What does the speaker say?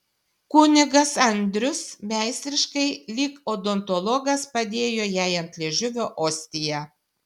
kunigas andrius meistriškai lyg odontologas padėjo jai ant liežuvio ostiją